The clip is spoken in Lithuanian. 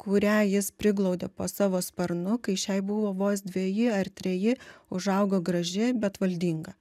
kurią jis priglaudė po savo sparnu kai šiai buvo vos dveji ar treji užaugo graži bet valdinga